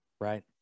right